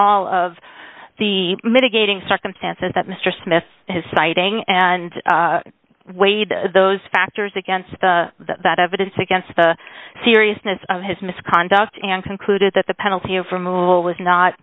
all of the mitigating circumstances that mr smith has citing and weighed those factors against the that evidence against the seriousness of his misconduct and concluded that the penalty of removal was not